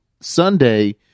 Sunday